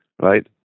right